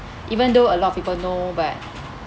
even though a lot of people know but